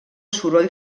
soroll